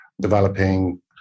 developing